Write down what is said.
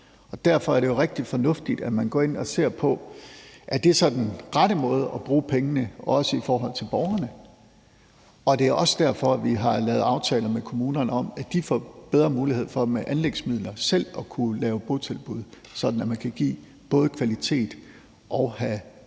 Derfor er det jo rigtig fornuftigt, at man går ind og ser på, om det så er den rette måde at bruge pengene på, også i forhold til borgerne. Det er også derfor, at vi har lavet aftaler med kommunerne om, at de med anlægsmidler får bedre mulighed for selv at kunne lave botilbud, sådan at man både kan få kvalitet og have bedre